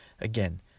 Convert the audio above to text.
Again